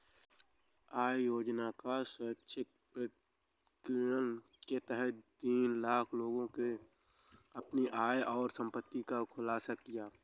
आय योजना का स्वैच्छिक प्रकटीकरण के तहत तीन लाख लोगों ने अपनी आय और संपत्ति का खुलासा किया